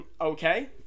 okay